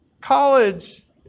college